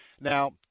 Now